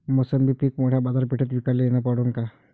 मोसंबी पीक मोठ्या बाजारपेठेत विकाले नेनं परवडन का?